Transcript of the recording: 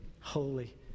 holy